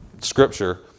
scripture